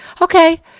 okay